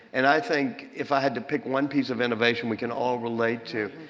and i think if i had to pick one piece of innovation we can all relate to,